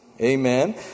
Amen